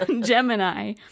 Gemini